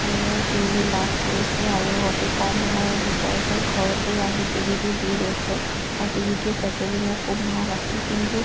সুন্দৰ টিভি লাভ কৰিছোঁ আৰু অতি কম সময়ৰ ভিতৰতে ঘৰতেই আহি টিভিটো দি গৈছে আৰু টিভিটোৰ পেকেজিঙো খুব ভাল আছিল কিন্তু